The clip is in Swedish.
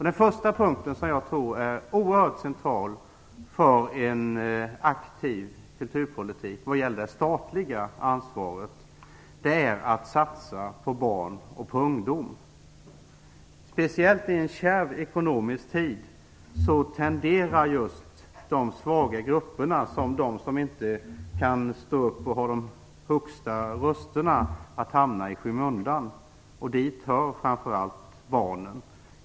Den första punkt som jag tycker är central för en aktiv kulturpolitik vad gäller det statliga ansvaret är att satsa på barn och ungdom. Speciellt i en kärv ekonomisk tid tenderar just de svaga grupperna, de som inte har de vuxnas röst, att hamna i skymundan. Dit hör framför allt barnen.